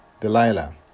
Delilah